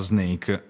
Snake